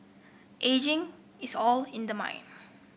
ageing is all in the mind